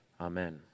Amen